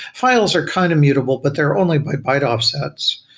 files are kind of mutable, but they're only by byte offsets.